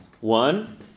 One